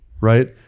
right